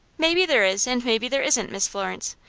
maybe there is, and maybe there isn't, miss florence.